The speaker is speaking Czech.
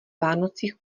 vánocích